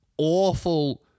awful